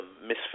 misfit